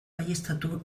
baieztatu